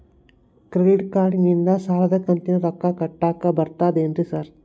Credit ಕಾರ್ಡನಿಂದ ಸಾಲದ ಕಂತಿನ ರೊಕ್ಕಾ ಕಟ್ಟಾಕ್ ಬರ್ತಾದೇನ್ರಿ ಸಾರ್?